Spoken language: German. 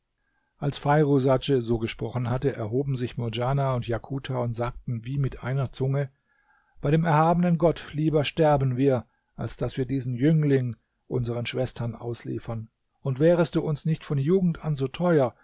als feirusadj so gesprochen hatte erhoben sich murdjana und jakuta und sagten wie mit einer zunge bei dem erhabenen gott lieber sterben wir als daß wir diesen jüngling unseren schwestern ausliefern und wärest du uns nicht von jugend an so teuer